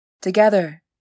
Together